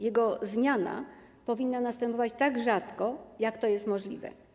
Jego zmiana powinna następować tak rzadko, jak to możliwe.